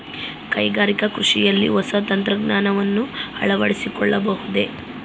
ಕೈಗಾರಿಕಾ ಕೃಷಿಯಲ್ಲಿ ಹೊಸ ತಂತ್ರಜ್ಞಾನವನ್ನ ಅಳವಡಿಸಿಕೊಳ್ಳಬಹುದೇ?